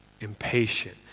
impatient